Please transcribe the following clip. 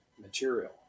material